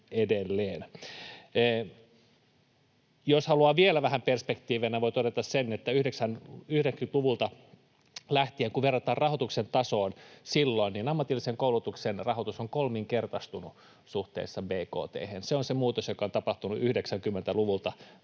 Jos haluaa vielä vähän perspektiiviä, voin todeta sen, että 90-luvulta lähtien, kun verrataan rahoituksen tasoon silloin, ammatillisen koulutuksen rahoitus on kolminkertaistunut suhteessa bkt:hen. Se on se muutos, joka on tapahtunut 90-luvulta